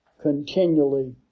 continually